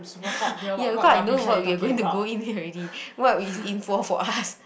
ya because I know what we are going to go in already what is in for for us